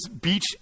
beach